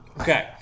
Okay